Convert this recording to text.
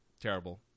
Terrible